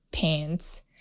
pants